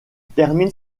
termine